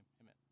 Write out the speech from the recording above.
amen